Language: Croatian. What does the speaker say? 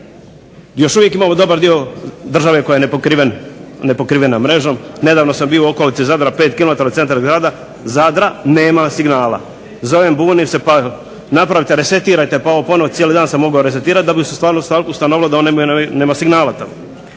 Još uvijek imamo dobar dio države koja je nepokrivena mrežom. Nedavno sam bio u okolici Zadra 5 km od centra grada Zadra nema signala. Zovem, bunim se, pa napravite, resetirajte, pa ovo, pa ono. Cijeli dan sam mogao resetirati da bi se stvarno ustanovilo da oni nemaju signala tamo.